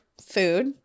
food